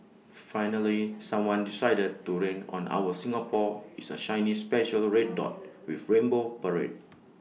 finally someone decided to rain on our Singapore is A shiny special red dot with rainbow parade